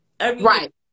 right